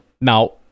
Now